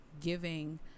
giving